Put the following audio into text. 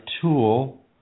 Tool